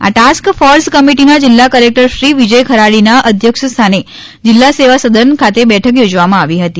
આ task force કમિટિની જિલ્લા કલેક્ટરશ્રી વિજય ખરાડીના અધ્યક્ષ સ્થાને જિલ્લા સેવા સદન ખાતે બેઠક યોજવામાં આવી હતી